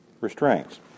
restraints